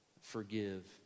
forgive